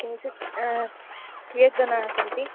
किञ्चित् कियज्जना सन्ति